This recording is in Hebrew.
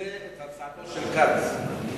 זו הצעתו של כץ.